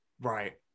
Right